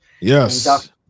yes